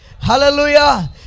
Hallelujah